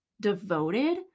devoted